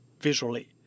visually